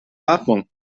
atmung